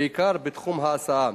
בעיקר בתחום ההסעה,